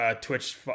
Twitch